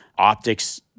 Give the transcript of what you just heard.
optics